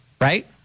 right